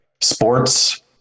sports